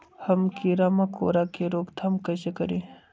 हम किरा मकोरा के रोक थाम कईसे करी?